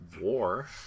war